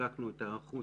בדקנו את היערכות